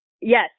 Yes